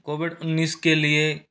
Covid उन्नीस के लिए